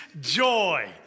joy